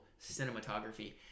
cinematography